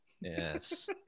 Yes